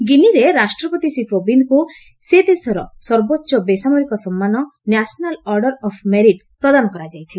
ଗିନିରେ ରାଷ୍ଟ୍ରପତି ଶ୍ରୀ କୋବିନ୍ଦଙ୍କ ସେ ଦେଶର ସର୍ବୋଚ୍ଚ ବେସାମରିକ ସମ୍ମାନ ନ୍ୟାସନାଲ୍ ଅର୍ଡ଼ର ଅଫ୍ ମେରିଟ୍ ପ୍ରଦାନ କରାଯାଇଥିଲା